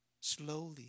slowly